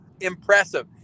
impressive